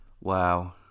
Wow